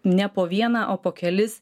ne po vieną o po kelis